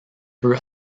peu